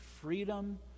freedom